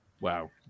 Wow